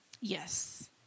Yes